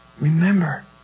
remember